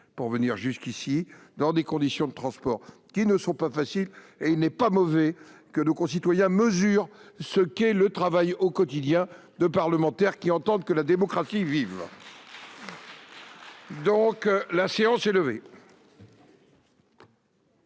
pour venir jusqu'ici, dans des conditions qui ne sont pas faciles. Il n'est pas mauvais que nos concitoyens mesurent ce qu'est le travail au quotidien de parlementaires qui entendent que la démocratie vive. Personne ne